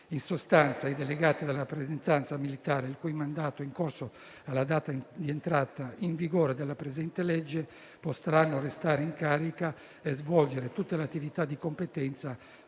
In sostanza, i delegati della rappresentanza militare, il cui mandato è in corso alla data di entrata in vigore della presente legge, potranno restare in carica e svolgere tutte le attività di competenza,